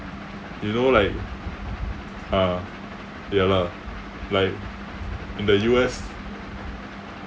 you know like uh ya lah like in the U_S